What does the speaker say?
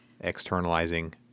externalizing